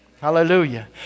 Hallelujah